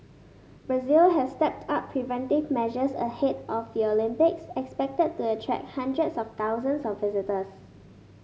Brazil has stepped up preventive measures ahead of the Olympics expected to attract hundreds of thousands of visitors